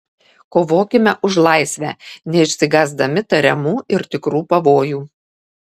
kovokime už laisvę neišsigąsdami tariamų ir tikrų pavojų